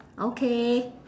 okay